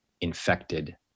infected